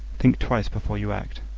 think twice before you act.